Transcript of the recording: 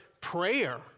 prayer